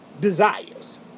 desires